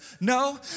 No